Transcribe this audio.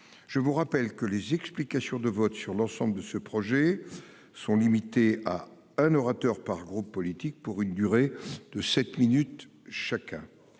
Je vous rappelle que les explications de vote sur l'ensemble de ce projet sont limitées à un orateur par groupe politique pour une durée de 7 minutes chacun.